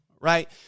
Right